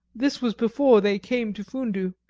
this was before they came to fundu,